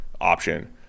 option